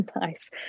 Nice